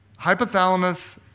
Hypothalamus